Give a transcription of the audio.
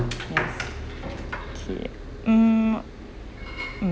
yes see it mm mm